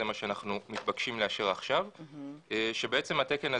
מה שאנחנו מתבקשים לאשר עכשיו - כשבעצם התקן הזה,